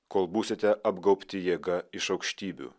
kol būsite apgaubti jėga iš aukštybių